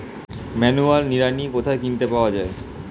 Manual নিড়ানি কোথায় কিনতে পাওয়া যায়?